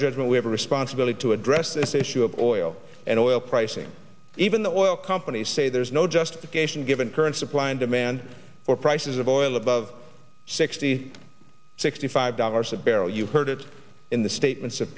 judgment we have a responsibility to address this issue of oil and oil pricing even the oil companies say there's no justification given current supply and demand for prices of oil above sixty sixty five dollars a barrel you've heard it in the statements